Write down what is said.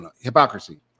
hypocrisy